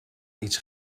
iets